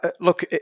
Look